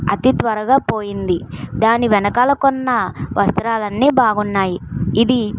అతి త్వరగా పోయింది దాని వెనకాల కొన్న వస్త్రాలు అన్నీ బాగున్నాయి ఇది